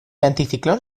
anticiclón